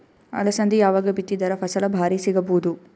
ಅಲಸಂದಿ ಯಾವಾಗ ಬಿತ್ತಿದರ ಫಸಲ ಭಾರಿ ಸಿಗಭೂದು?